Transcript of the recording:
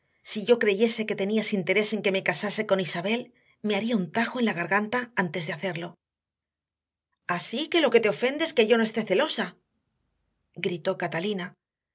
si yo creyese que tenías interés en que me casase con isabel me haría un tajo en la garganta antes de hacerlo así que lo que te ofende es que yo no esté celosa gritó catalina